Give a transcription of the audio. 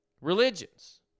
religions